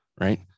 Right